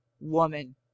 woman